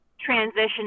transition